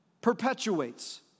perpetuates